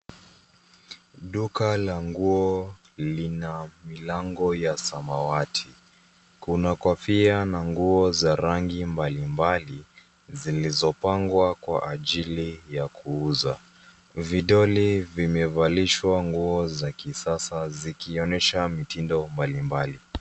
Duka la nguo lina milango ya samawati. Kunako kofia na nguo za rangi mbalimbali zilizopangwa kwa ajili ya kuuza. Vidole vimevalishwa nguo za kisasa zikionesha mitindo mbalimbali.